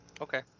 Okay